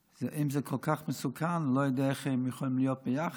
אם זה כל כך מסוכן אני לא יודע איך הם יכולים להיות ביחד,